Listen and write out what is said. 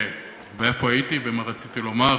איפה הייתי ומה רציתי לומר?